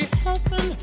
heaven